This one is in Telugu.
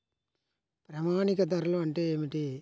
ప్రామాణిక ధరలు అంటే ఏమిటీ?